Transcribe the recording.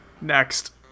Next